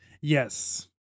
Yes